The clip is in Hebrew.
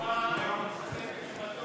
אם היה נותן לנו תשובה היינו מסתפקים בתשובתו.